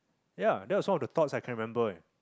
ya that's all the thought I can remember